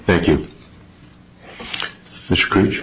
thank you the scrooge